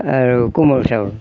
আৰু কোমল চাউল